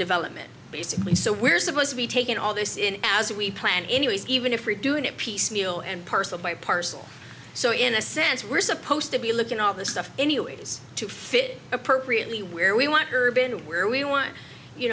development so we're supposed to be taking all this in as we plan anyway even if we're doing it piecemeal and parcel by parcel so in a sense we're supposed to be looking all this stuff anyways to fit appropriately where we want curb and where we want you